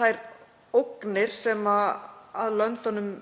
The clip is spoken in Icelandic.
þær ógnir sem að löndunum